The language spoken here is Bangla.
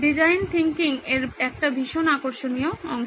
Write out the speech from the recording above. ডিজাইন থিংকিং এর একটা ভীষণ আকর্ষণীয় অংশ